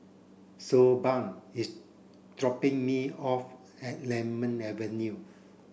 Siobhan is dropping me off at Lemon Avenue